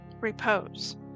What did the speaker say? repose